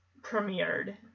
premiered